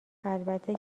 البته